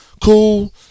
cool